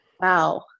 wow